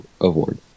award